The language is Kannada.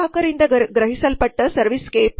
ಗ್ರಾಹಕರಿಂದ ಗ್ರಹಿಸಲ್ಪಟ್ಟ ಸರ್ವಿಸ್ ಸ್ಕೇಪ್